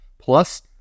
Plus